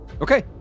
Okay